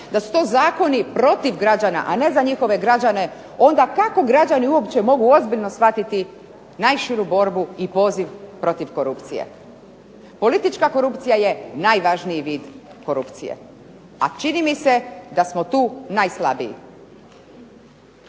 da su to zakoni protiv građana, a ne za njihove građane, onda kako građani uopće mogu ozbiljno shvatiti najširu borbu i poziv protiv korupcije. Politička korupcija je najvažniji vid korupcije, a čini mi se da smo tu najslabiji.